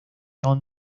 john